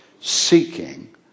seeking